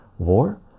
War